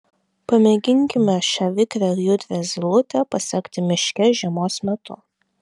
pamėginkime šią vikrią ir judrią zylutę pasekti miške žiemos metu